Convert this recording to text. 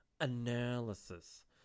analysis